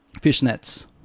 Fishnets